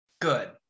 good